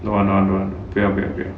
don't want don't want don't want 不要不要不要